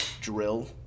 drill